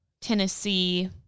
Tennessee